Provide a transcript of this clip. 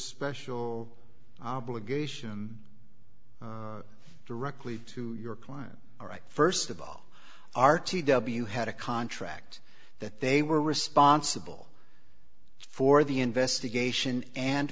special obligation directly to your client all right first of all r t w had a contract that they were responsible for the investigation and